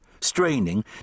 straining